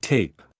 Tape